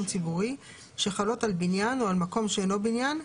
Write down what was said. ציבורי שחלות על בניין או על מקום שאינו בניין,